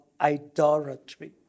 idolatry